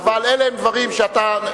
אבל אלה הם דברים שאתה,